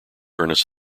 ernest